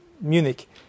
Munich